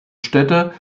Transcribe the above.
städte